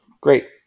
great